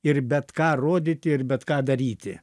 ir bet ką rodyti ir bet ką daryti